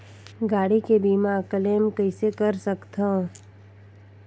गाड़ी के बीमा क्लेम कइसे कर सकथव?